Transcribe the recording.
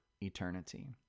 eternity